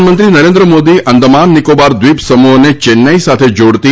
પ્રધાનમંત્રી નરેન્દ્ર મોદી આંદામાન નિકોબાર દ્વિપ સમુહોને ચેન્નાઇ સાથે જોડતી